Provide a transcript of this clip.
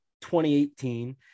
2018